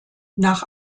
nach